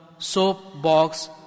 soapbox